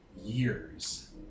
years